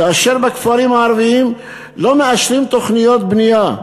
כאשר בכפרים הערביים לא מאשרים תוכניות בנייה,